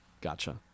Gotcha